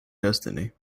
destiny